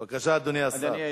בבקשה, אדוני השר.